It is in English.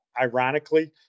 Ironically